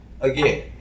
Again